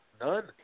none